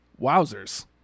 wowzers